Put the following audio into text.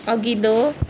अघिल्लो